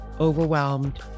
overwhelmed